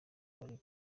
bari